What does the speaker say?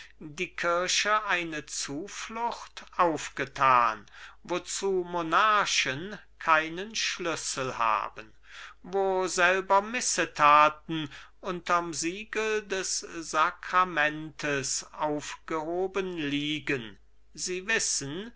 die kirche eine zuflucht aufgetan wozu monarchen keinen schlüssel haben wo selber missetaten unterm siegel des sakramentes aufgehoben liegen sie wissen